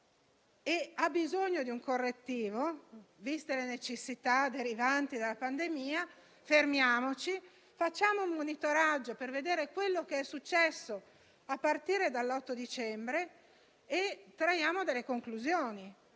ha bisogno di un correttivo, viste le necessità derivanti dalla pandemia, fermiamoci e facciamo un monitoraggio per vedere quello che è successo a partire dall'8 dicembre, traendone le conclusioni.